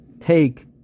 take